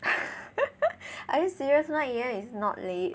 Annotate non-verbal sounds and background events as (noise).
(laughs) are you serious one A_M is not late